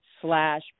slash